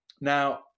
Now